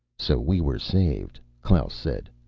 so we were saved, klaus said.